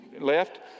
left